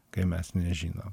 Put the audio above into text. kai mes nežinom